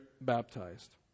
baptized